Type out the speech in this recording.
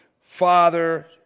Father